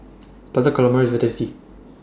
Butter Calamari IS very tasty